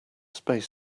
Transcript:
space